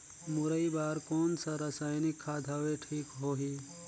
मुरई बार कोन सा रसायनिक खाद हवे ठीक होही?